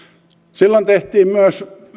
silloin tehtiin myös